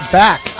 back